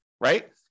right